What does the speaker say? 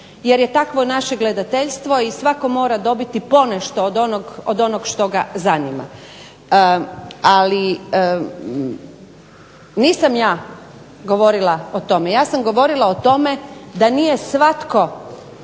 jer je takvo naše gledateljstvo i svatko mora dobiti ponešto od onog što ga zanima. Ali nisam ja govorila o tome, ja sam govorila o tome da nije svatko